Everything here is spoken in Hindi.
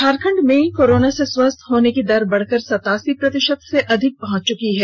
झारखंड में कोरोना से स्वस्थ होने की दर बढ़कर सतासी प्रतिशत से अधिक पहंच चुकी है